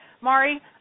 Mari